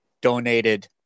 donated